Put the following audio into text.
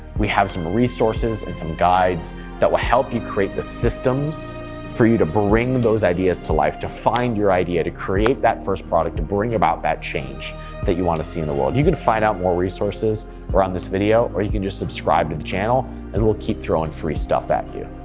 we have some resources and some guides that will help you create the systems for you to bring those ideas to life. to find your idea, to create that first product to bring about that change that you wanna see in the world. you can find out more resources around this video, or you can just subscribe to the channel and we'll keep throwing free stuff at you.